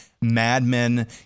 madmen